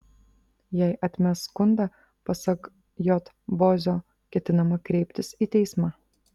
jei atmes skundą pasak j bozio ketinama kreiptis į teismą